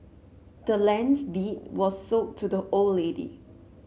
the land's deed was sold to the old lady